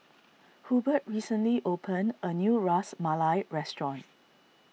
Hubert recently opened a new Ras Malai restaurant